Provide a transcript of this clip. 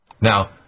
Now